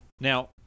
now